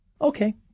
Okay